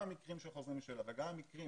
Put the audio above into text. גם במקרים של חוזרים בשאלה וגם במקרים